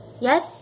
Yes